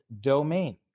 domain